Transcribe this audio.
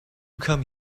come